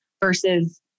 versus